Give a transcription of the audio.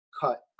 cut